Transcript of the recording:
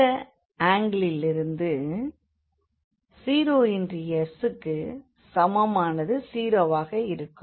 இந்த ஆங்கிலிலிருந்து oxs க்குச் சமமானது வாக இருக்கும்